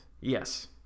Yes